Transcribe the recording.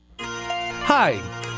Hi